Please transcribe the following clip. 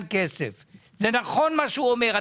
או אם בגלל שמשרד הפנים לא משפה את הרשויות האלו.